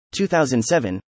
2007